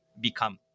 become